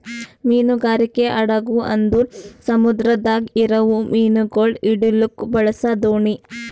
ಮೀನುಗಾರಿಕೆ ಹಡಗು ಅಂದುರ್ ಸಮುದ್ರದಾಗ್ ಇರವು ಮೀನುಗೊಳ್ ಹಿಡಿಲುಕ್ ಬಳಸ ದೋಣಿ